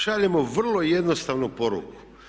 Šaljemo vrlo jednostavnu poruku.